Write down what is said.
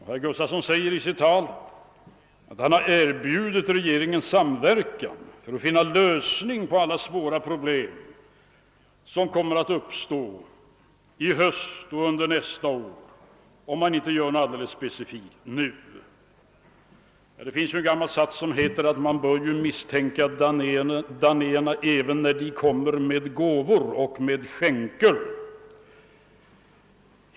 Herr Gustafson i Göteborg säger i sitt tal att han har erbjudit regeringen samverkan för att finna en lösning på alla de problem som kommer att uppstå i höst och under nästa år, om man inte gör något alldeles specifikt nu. Det finns ju en gammal sats: Man bör misstänka danaeerna även när de kommer med gåvor.